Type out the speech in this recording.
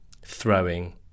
throwing